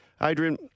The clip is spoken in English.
Adrian